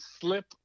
slip